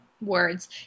words